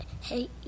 Hey